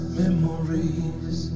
memories